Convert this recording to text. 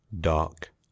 dark